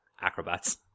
acrobats